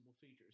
features